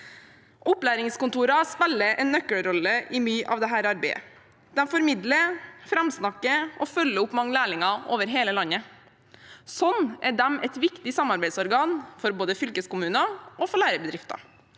Opplæringskontorene spiller en nøkkelrolle i mye av dette arbeidet. De formidler, framsnakker og følger opp mange lærlinger over hele landet. Slik er de et viktig samarbeidsorgan for både fylkeskommuner og lærebedrifter.